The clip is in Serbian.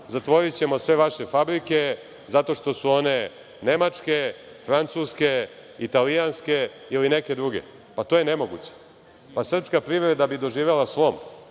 zatvorićemo sve vaše fabrike zato što su one Nemačke, Francuske, Italijanske ili neke druge. To je nemoguće. Srpska privreda bi doživela slom,